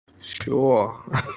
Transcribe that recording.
sure